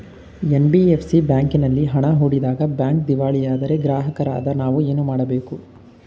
NBFC ಬ್ಯಾಂಕಿನಲ್ಲಿ ಹಣ ಹೂಡಿದಾಗ ಬ್ಯಾಂಕ್ ದಿವಾಳಿಯಾದರೆ ಗ್ರಾಹಕರಾದ ನಾವು ಏನು ಮಾಡಬೇಕು?